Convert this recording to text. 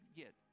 get